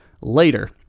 later